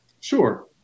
Sure